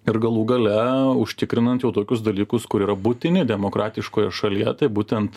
ir galų gale užtikrinant jau tokius dalykus kur yra būtini demokratiškoje šalyje tai būtent